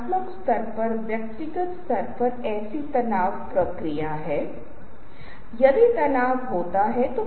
लेकिन अगर आप शुरुआत में स्लाइड्स पर जा रहे हैं तो स्लाइड्स आपको ज्यादा नहीं बताती हैं है ना